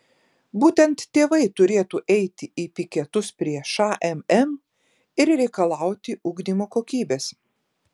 būtent tėvai turėtų eiti į piketus prie šmm ir reikalauti ugdymo kokybės